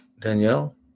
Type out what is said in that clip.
Danielle